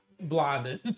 blinded